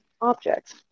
objects